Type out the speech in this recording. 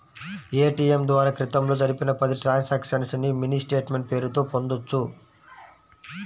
ATM ద్వారా క్రితంలో జరిపిన పది ట్రాన్సక్షన్స్ ని మినీ స్టేట్ మెంట్ పేరుతో పొందొచ్చు